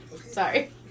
sorry